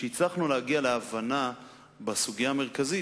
הוא שהצלחנו להגיע להבנה בסוגיה המרכזית,